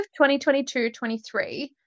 2022-23